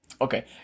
Okay